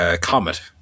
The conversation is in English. comet